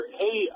hey